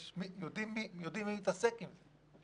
יותר מי יתעסק עם זה.